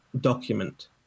document